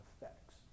effects